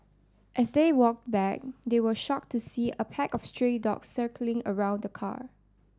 as they walked back they were shocked to see a pack of stray dogs circling around the car